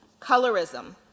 colorism